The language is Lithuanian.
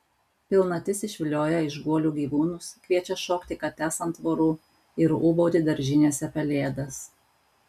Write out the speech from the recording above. pilnatis išvilioja iš guolių gyvūnus kviečia šokti kates ant tvorų ir ūbauti daržinėse pelėdas